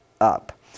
up